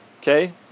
okay